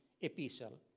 epistle